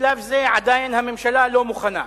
בשלב זה, עדיין הממשלה לא מוכנה.